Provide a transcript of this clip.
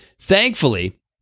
Thankfully